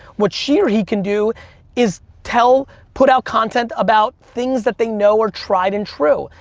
what she or he can do is tell, put out content about things that they know are tried and true.